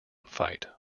fight